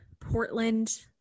Portland